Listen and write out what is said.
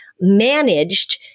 managed